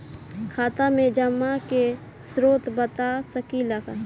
खाता में जमा के स्रोत बता सकी ला का?